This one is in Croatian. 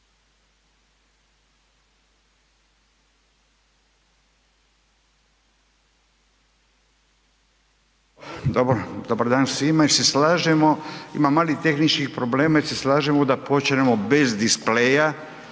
jel se slažemo ima malih tehničkih problema, jel se slažemo da počnemo bez displeja